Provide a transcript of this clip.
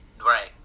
Right